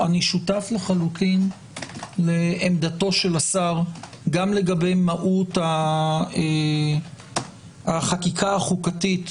אני שותף לחלוטין לעמדת השר גם לגבי מהות החקיקה החוקתית